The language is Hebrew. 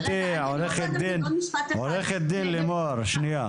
עו"ד לימור, שנייה.